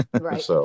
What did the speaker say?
Right